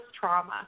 trauma